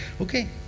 Okay